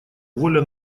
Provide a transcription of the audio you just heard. воля